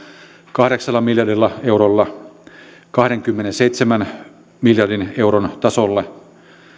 kahdeksalla miljardilla eurolla kahdenkymmenenseitsemän miljardin euron tasolle